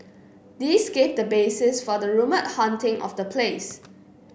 this gave the basis for the rumoured haunting of the place